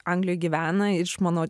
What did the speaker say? anglijoj gyvena iš mano